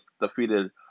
defeated